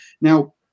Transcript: Now